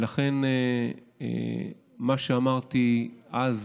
לכן מה שאמרתי אז,